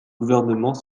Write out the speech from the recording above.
gouvernement